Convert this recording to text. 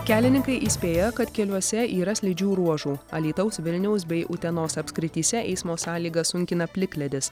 kelininkai įspėja kad keliuose yra slidžių ruožų alytaus vilniaus bei utenos apskrityse eismo sąlygas sunkina plikledis